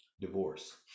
divorce